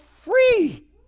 free